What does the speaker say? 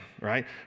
right